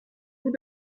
vous